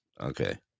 Okay